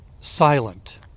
silent